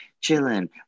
chilling